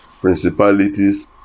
Principalities